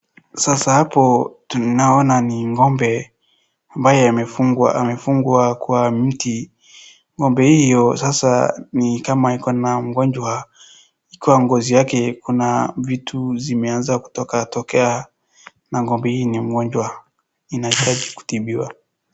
Sasa hapo tunaona ni ng'ombe ambaye amefungwa kwa mti.Ng'ombe hiyo sasa ni kama iko na ugonjwa kwa ngozi yake kuna vitu zimeanza kutoka tokea na ng'ombe hii ni gonjwa inahitaji kutibiwa.